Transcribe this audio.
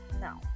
No